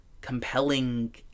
compelling